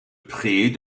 prix